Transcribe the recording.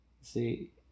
See